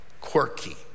quirky